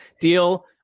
deal –